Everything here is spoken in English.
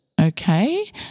okay